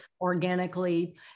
organically